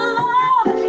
love